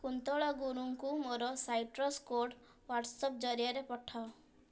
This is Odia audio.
କୁନ୍ତଳା ଗୁରୁଙ୍କୁ ମୋର ସାଇଟ୍ରସ୍ କୋଡ଼୍ ହ୍ଵାଟ୍ସଆପ୍ ଜରିଆରେ ପଠାଅ